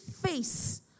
face